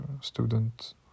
student